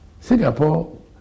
Singapore